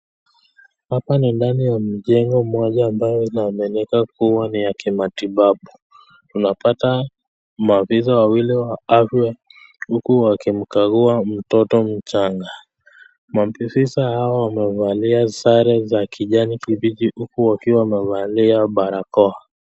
Hapa ni ndani ya mjengo moja ambayo inaaminika kuwa ni ya kimatibabu. Unapata maafisa wawili wa afya huku wakimkagua mtoto mchanga, maafisa hawa wamevalia sare za kijani kibichi huku wakiwa wamevalia barakoa.